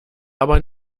aber